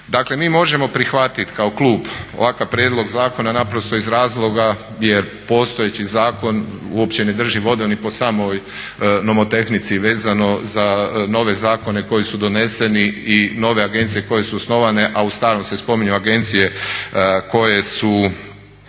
Dakle, mi možemo prihvatiti kao klub ovakav prijedlog zakona naprosto iz razloga jer postojeći zakon uopće ne drži vodu ni po samoj nomotehnici. Vezano za nove zakone koji su doneseni i nove agencije koje su osnovane a u starom se spominju agencije koje su